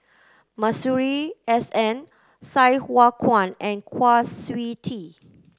Masuri S N Sai Hua Kuan and Kwa Siew Tee